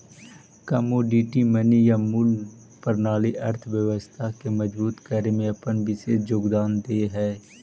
commodity money या मूल्य प्रणाली अर्थव्यवस्था के मजबूत करे में अपन विशेष योगदान दे हई